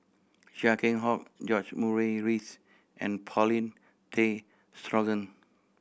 Chia Keng Hock George Murray Reith and Paulin Tay Straughan